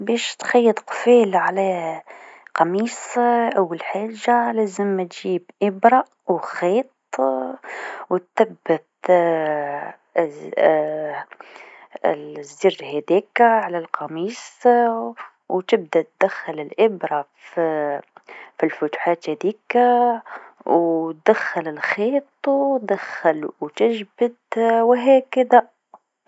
باش تخيط قفال على قميص أول حاجه لازم تجيب إبرا و خيط و تثبت الز الزر هذاك على القميص و تبدا دخل الإبرة ف- في الفتحات هاذيك و دخل الخيط و تجبد و هكذا.